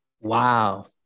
Wow